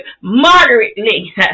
moderately